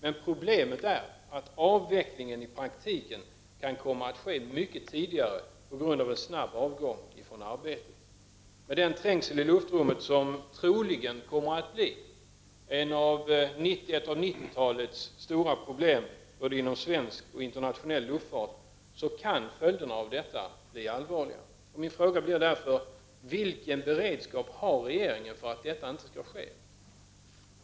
Men problemet är att avvecklingen i praktiken kan komma att ske mycket tidigare på grund av en snabb avgång från arbetet. Med den trängsel i luftrummet, som troligen kommer att bli ett av 90-talets stora problem inom svensk och internationell luftfart, kan följderna av detta bli allvarliga. Vilken beredskap har regeringen för att detta inte skall ske?